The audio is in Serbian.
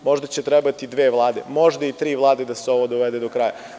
Možda će trebati dve vlade, možda i tri vlade da se ovo dovede do kraja.